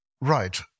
Right